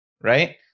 right